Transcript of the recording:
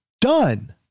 done